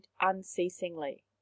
unceasingly